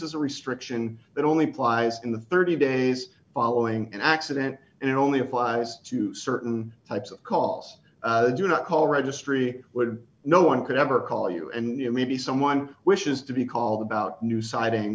is a restriction that only applies in the thirty days following an accident and it only applies to certain types of calls do not call registry would no one could ever call you and you know maybe someone wishes to be called about new siding